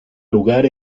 lugar